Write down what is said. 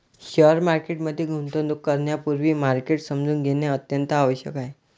share market मध्ये गुंतवणूक करण्यापूर्वी मार्केट समजून घेणे अत्यंत आवश्यक आहे